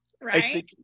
right